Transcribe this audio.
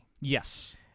Yes